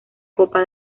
copa